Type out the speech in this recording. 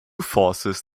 forces